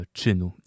czynu